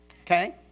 Okay